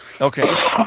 Okay